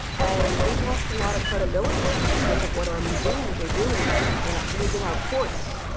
and we've lost a lot of credibility because of what our museums are doing in using our courts.